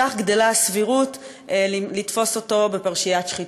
כך גדלה הסבירות לתפוס אותו בפרשיית שחיתות.